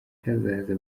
kazaza